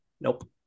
nope